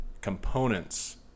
components